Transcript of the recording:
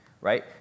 right